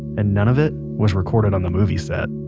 and none of it was recorded on the movie set